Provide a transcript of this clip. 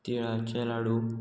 तिळाचे लाडू